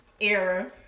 era